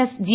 S G